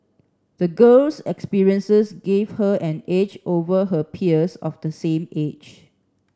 the girl's experiences gave her an edge over her peers of the same age